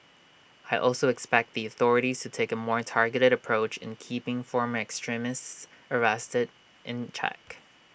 I also expect the authorities to take A more targeted approach in keeping former extremists arrested in check